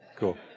cool